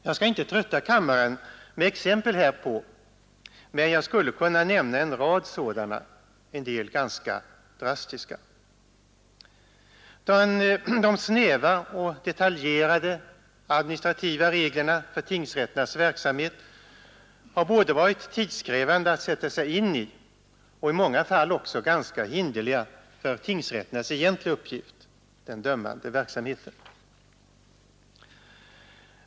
Jag skall inte trötta kammaren med exempel härpå, men jag skulle kunna nämna en rad sådana, en del ganska drastiska. De snäva och detaljerade administrativa reglerna för tingrätternas verksamhet har varit tidskrävande att sätta sig in i och även i många fall ganska hinderliga för tingsrätternas egentliga uppgift, den dömande verksamheten.